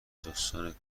جاسوسان